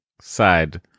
side